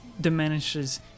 diminishes